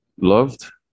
loved